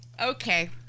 Okay